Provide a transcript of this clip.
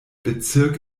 bezirk